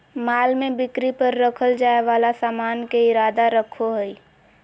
माल में बिक्री पर रखल जाय वाला सामान के इरादा रखो हइ